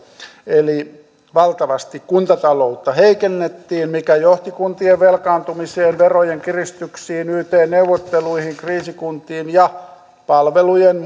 eli valtavasti kuntataloutta heikennettiin mikä johti kuntien velkaantumiseen verojen kiristyksiin yt neuvotteluihin kriisikuntiin ja palvelujen